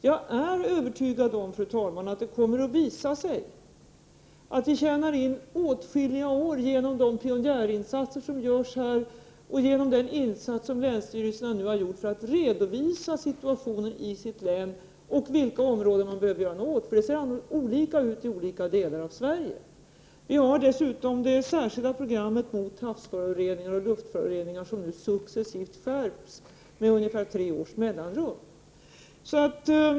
Jag är övertygad om, fru talman, att det kommer att visa sig att vi tjänar in åtskilliga år genom de pionjärinsatser som görs här och genom den insats som länsstyrelserna nu har gjort för att redovisa situationen i sina län och vilka områden de behöver göra något åt, för det ser olika ut i olika delar av Sverige. Vi har dessutom det särskilda programmet mot havsföroreningar och luftföroreningar som nu successivt skärps med ungefär tre års mellanrum.